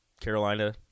Carolina